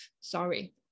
sorry